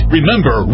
Remember